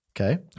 Okay